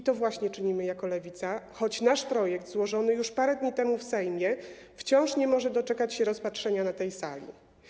I właśnie to czynimy jako Lewica, choć nasz projekt złożony już parę dni temu w Sejmie wciąż nie może doczekać się rozpatrzenia na tej sali.